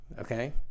Okay